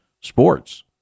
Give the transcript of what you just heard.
sports